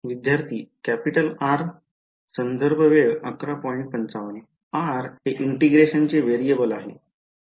विद्यार्थीः R r हे integration चे व्हेरिएबल आहे